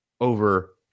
over